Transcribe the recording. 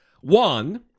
One